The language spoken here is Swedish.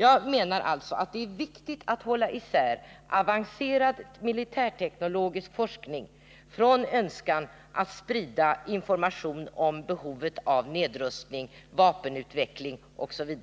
Jag menar alltså att det är viktigt att hålla isär frågan om avancerad militärteknologisk forskning och önskan att sprida information om behovet av nedrustning, vapenutveckling osv.